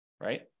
right